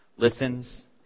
listens